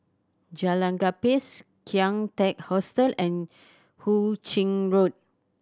Jalan Gapis Kian Teck Hostel and Hu Ching Road